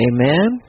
Amen